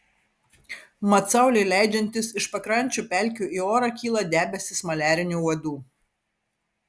mat saulei leidžiantis iš pakrančių pelkių į orą kyla debesys maliarinių uodų